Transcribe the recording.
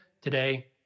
today